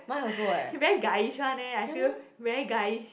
he very guyish one eh I feel very guyish